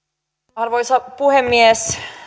arvoisa puhemies